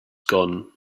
gone